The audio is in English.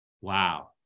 Wow